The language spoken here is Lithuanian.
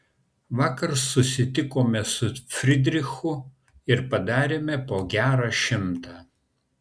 vakar susitikome su fridrichu ir padarėme po gerą šimtą